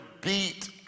beat